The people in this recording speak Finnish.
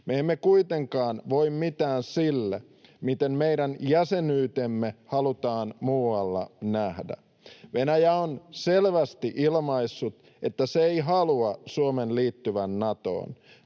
Me emme kuitenkaan voi mitään sille, miten meidän jäsenyytemme halutaan muualla nähdä. Venäjä on selvästi ilmaissut, että se ei halua Suomen liittyvän Natoon.